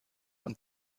und